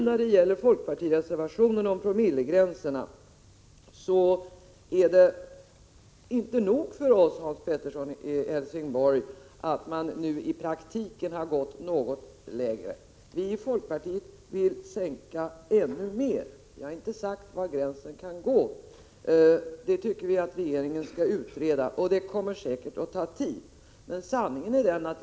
När det gäller folkpartireservationen om promillegränserna vill jag säga att det inte är nog för oss, Hans Pettersson i Helsingborg, att man nu i praktiken har gått något lägre. Vi i folkpartiet vill sänka ännu mer. Vi har inte sagt var gränsen kan gå, för det tycker vi att regeringen skall utreda, och det kommer säkert att ta tid.